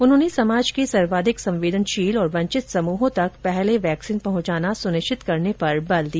उन्होंने समाज के सर्वाधिक संवेदनशील और वंचित समूहों तक पहले वैक्सीन पहुंचाना सुनिश्चित करने पर बल दिया